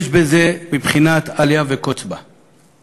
יש בזה בבחינת אליה וקוץ בה.